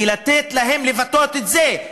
ולתת להם לבטא את זה.